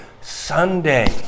Sunday